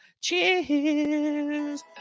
cheers